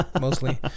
mostly